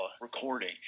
recording